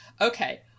Okay